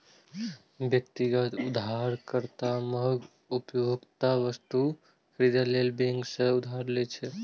व्यक्तिगत उधारकर्ता महग उपभोक्ता वस्तु खरीदै लेल बैंक सं उधार लै छै